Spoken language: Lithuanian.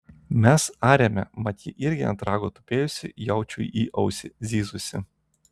mes arėme mat ji irgi ant rago tupėjusi jaučiui į ausį zyzusi